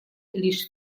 лишь